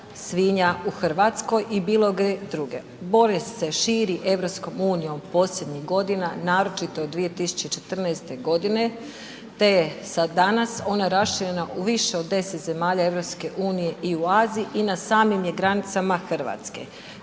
svinja u RH i bilo gdje drugdje. Bolest se širi EU posljednjih godina, naročito 2014.g., te je sa danas ona raširena u više od 10 zemalja EU i u Aziji i na samim je granicama RH.